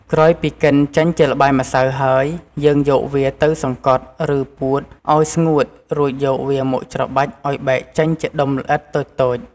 ក្រោយពី កិនចេញជាល្បាយម្សៅហើយ យើងយកវាទៅសង្កត់ ឬពួតឱ្យស្ងួត រួចយកវាមកច្របាច់ឱ្យបែកចេញជាដុំល្អិតតូចៗ។